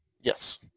Yes